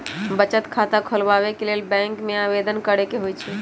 बचत खता खोलबाबे के लेल बैंक में आवेदन करेके होइ छइ